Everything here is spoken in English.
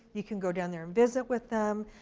you can go down there and visit with them.